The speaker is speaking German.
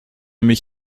mich